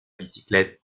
bicyclette